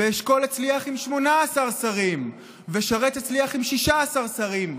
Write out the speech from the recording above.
ואשכול הצליח עם 18 שרים, ושרת הצליח עם 16 שרים.